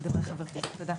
תודה.